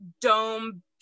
dome